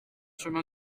chemin